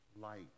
light